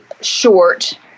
short